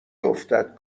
افتد